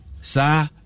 sa